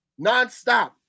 nonstop